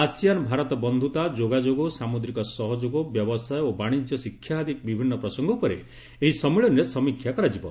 ASEAN Bharat ବନ୍ଧ୍ରତା ଯୋଗାଯୋଗ ସାମ୍ରଦିକ ସହଯୋଗ ବ୍ୟବସାୟ ଓ ବାଶିଜ୍ୟ ଶିକ୍ଷା ଆଦି ବିଭିନ୍ନ ପ୍ରସଙ୍ଗ ଉପରେ ଏହି ସମ୍ମିଳନୀରେ ସମୀକ୍ଷା କରାଯିବ